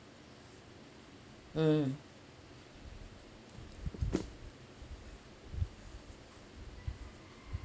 mm